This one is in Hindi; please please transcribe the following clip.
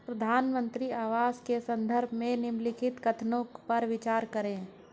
प्रधानमंत्री आवास योजना के संदर्भ में निम्नलिखित कथनों पर विचार करें?